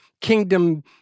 Kingdom